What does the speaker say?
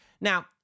Now